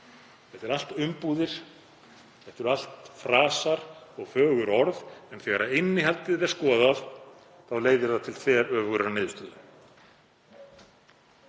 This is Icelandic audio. Þetta eru allt umbúðir, þetta eru allt frasar og fögur orð en þegar innihaldið er skoðað leiðir það til þveröfugrar niðurstöðu.